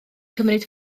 cymryd